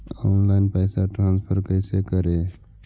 Online पैसा transfer कैसे करे?